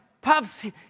puffs